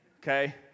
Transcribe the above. okay